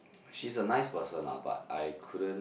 she's a nice person lah but I couldn't